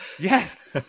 Yes